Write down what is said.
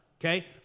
okay